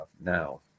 now